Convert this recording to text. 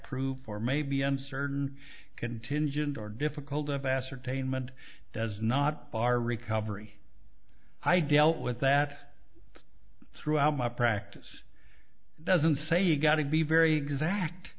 proof or may be uncertain contingent or difficult if ascertainment does not bar recovery i dealt with that throughout my practice doesn't say you've got to be very exact